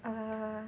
err